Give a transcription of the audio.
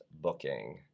booking